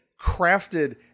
crafted